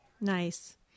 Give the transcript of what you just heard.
Nice